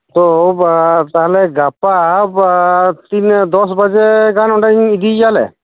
ᱛᱚ ᱛᱟᱦᱞᱮ ᱜᱟᱯᱟ ᱛᱤᱱᱟᱹᱜ ᱫᱚᱥ ᱵᱟᱡᱮ ᱜᱟᱱ ᱚᱸᱰᱮᱧ ᱤᱫᱤᱭ ᱭᱟᱞᱮ